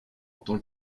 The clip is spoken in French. autant